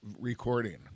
recording